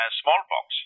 smallpox